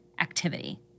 activity